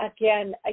Again